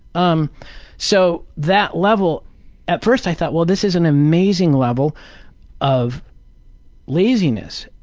um so that level at first i thought, well this is an amazing level of laziness.